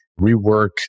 rework